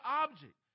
object